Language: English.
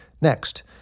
Next